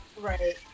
Right